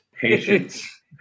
Patience